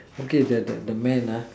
okay there the the man lah